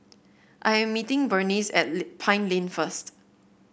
I am meeting Burnice at Lane Pine Lane first